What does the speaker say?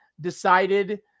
decided